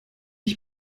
ich